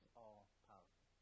all-powerful